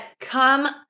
come